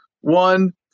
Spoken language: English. one